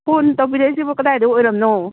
phone ꯇꯧꯕꯤꯔꯛꯏꯁꯤꯕꯨ ꯀꯗꯥꯏꯗꯩ ꯑꯣꯏꯔꯕꯅꯣ